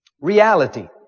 Reality